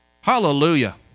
Hallelujah